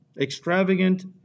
extravagant